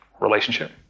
relationship